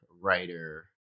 writer